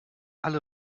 alle